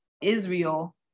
Israel